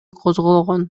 козголгон